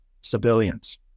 civilians